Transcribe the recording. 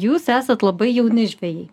jūs esat labai jauni žvejai